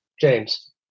James